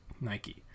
Nike